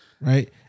right